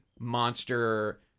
monster